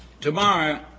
Tomorrow